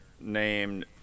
named